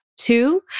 Two